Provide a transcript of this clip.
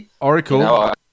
Oracle